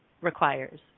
requires